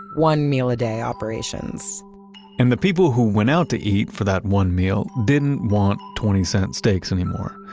one meal a day operations and the people who went out to eat for that one meal didn't want twenty cent steaks anymore.